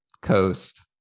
coast